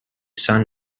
son